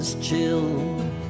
Chill